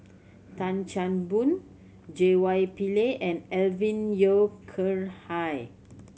Tan Chan Boon J Y Pillay and Alvin Yeo Khirn Hai